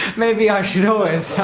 maybe i should always